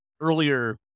earlier